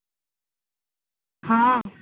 ହଁ